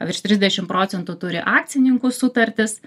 virš trisdešim procentų turi akcininkų sutartis